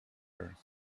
her